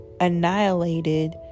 annihilated